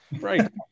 Right